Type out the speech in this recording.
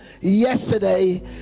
yesterday